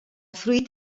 fruit